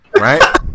right